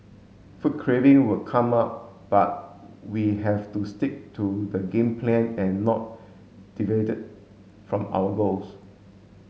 food craving would come up but we have to stick to the game plan and not from our goals